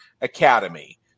Academy